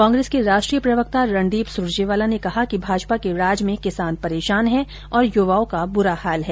कांग्रेस के राष्ट्रीय प्रवक्ता रणदीप सुरजेवाला ने कहा कि भाजपा के राज में किसान परेशान हैं और युवाओं का बुरा हाल है